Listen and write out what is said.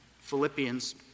Philippians